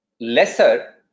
lesser